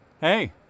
Hey